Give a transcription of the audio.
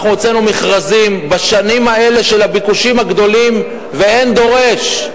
אנחנו הוצאנו מכרזים בשנים האלה של הביקושים הגדולים ואין דורש,